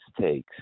takes